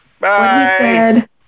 Bye